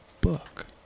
book